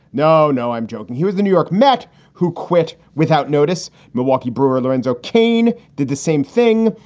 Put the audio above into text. no, no, i'm joking. he was the new york mets who quit without notice. milwaukee brewer lorenzo cain did the same thing.